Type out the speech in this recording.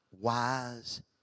wise